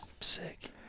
Sick